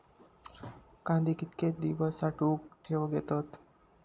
कांदे कितके दिवस साठऊन ठेवक येतत?